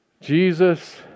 Jesus